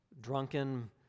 drunken